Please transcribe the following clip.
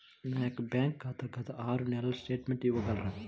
నా యొక్క బ్యాంక్ ఖాతా గత ఆరు నెలల స్టేట్మెంట్ ఇవ్వగలరా?